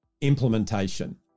implementation